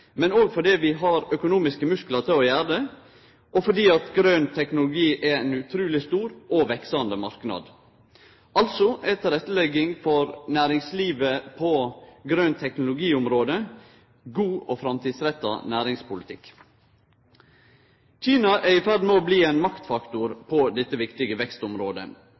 men òg fordi vi har økonomiske musklar til å gjere det, og fordi grøn teknologi er ein utruleg stor og veksande marknad – altså ei tilrettelegging for næringslivet på grøn teknologi-området, god og framtidsretta næringspolitikk. Kina er i ferd med å bli ein maktfaktor på dette viktige